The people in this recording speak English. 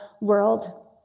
world